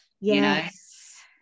yes